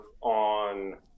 on